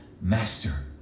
master